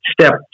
Step